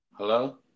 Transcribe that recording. hello